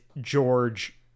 George